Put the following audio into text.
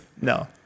No